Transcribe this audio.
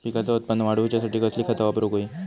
पिकाचा उत्पन वाढवूच्यासाठी कसली खता वापरूक होई?